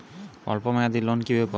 অল্প মেয়াদি লোন কিভাবে পাব?